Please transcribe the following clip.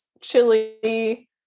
chili